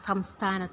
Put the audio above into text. സംസഥാനം